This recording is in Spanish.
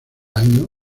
año